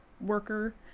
worker